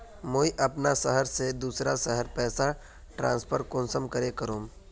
मुई अपना शहर से दूसरा शहर पैसा ट्रांसफर कुंसम करे करूम?